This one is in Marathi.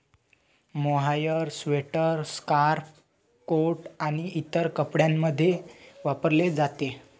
मोहायर स्वेटर, स्कार्फ, कोट आणि इतर कपड्यांमध्ये वापरले जाते